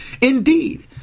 indeed